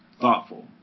thoughtful